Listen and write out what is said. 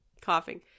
coughing